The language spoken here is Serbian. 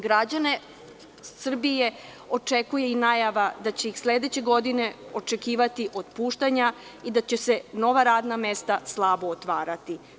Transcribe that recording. Građane Srbije očekuje i najava da će ih sledeće godine očekivati otpuštanja i da će se nova radna mesta slabo otvarati.